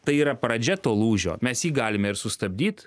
tai yra pradžia to lūžio mes jį galime ir sustabdyt